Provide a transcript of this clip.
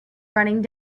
running